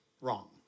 Wrong